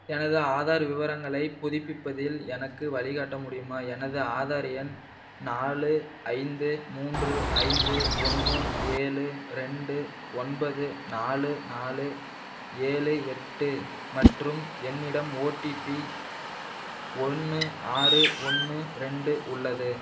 எனது ஆதார் விவரங்களைப் புதுப்பிப்பதில் எனக்கு வழிகாட்ட முடியுமா எனது ஆதார் எண் நாலு ஐந்து மூன்று ஐந்து ஒன்று ஏழு ரெண்டு ஒன்பது நாலு நாலு ஏழு எட்டு மற்றும் என்னிடம் ஓடிபி ஒன்று ஆறு ஒன்று ரெண்டு உள்ளது